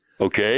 Okay